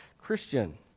Christian